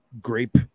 grape